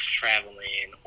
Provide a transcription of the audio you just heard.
traveling